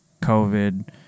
COVID